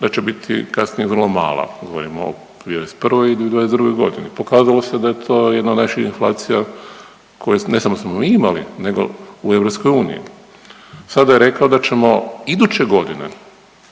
da će biti kasnije vrlo mala, govorimo o 2021. i 22. godini. Pokazalo se da je to jedna od najširih inflacija koje ne samo da smo mi imali, nego u EU. Sada je rekao da ćemo iduće godine